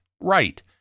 right